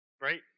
right